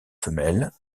femelle